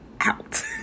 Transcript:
out